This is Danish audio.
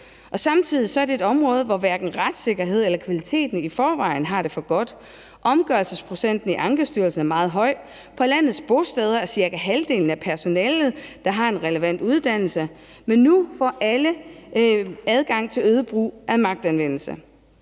Samtidig er det et område, hvor hverken retssikkerhed eller kvalitet i forvejen har det for godt. Omgørelsesprocenten i Ankestyrelsen er meget høj. På landets bosteder er det cirka halvdelen af personalet, der har en relevant uddannelse, men nu får alle adgang til øget brug af magtanvendelse.